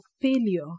failure